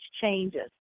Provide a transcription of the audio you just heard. changes